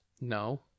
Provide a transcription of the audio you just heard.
No